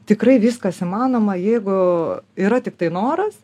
tikrai viskas įmanoma jeigu yra tiktai noras